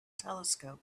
telescope